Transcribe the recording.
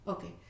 Okay